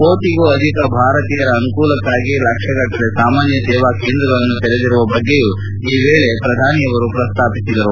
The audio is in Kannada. ಕೋಟಿಗೂ ಅಧಿಕ ಭಾರತೀಯರ ಅನುಕೂಲಕ್ಕಾಗಿ ಲಕ್ಷಗಟ್ಟಲೆ ಸಾಮಾನ್ಯ ಸೇವಾ ಕೇಂದ್ರಗಳನ್ನು ತೆರೆದಿರುವ ಬಗ್ಗೆಯೂ ಈ ವೇಳೆ ಅವರು ಪ್ರಸ್ತಾಪಿಸಿದರು